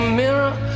mirror